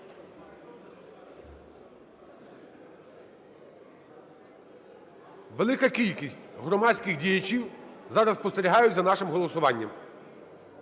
Велика кількість громадських діячів зараз спостерігають за нашим голосуванням,